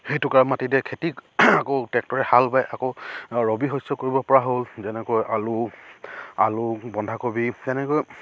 সেইটোকোৰা মাটিতে খেতি আকৌ ট্ৰেক্টৰে হাল বাই আকৌ ৰবি শস্য কৰিব পৰা হ'ল যেনেকৈ আলু আলু বন্ধাকবি তেনেকৈ